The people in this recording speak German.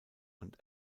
und